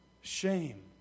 shame